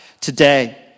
today